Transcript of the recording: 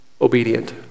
obedient